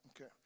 Okay